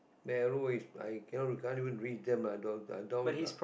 narrow is I cannot can't even read them lah dogs are uh lah